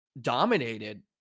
dominated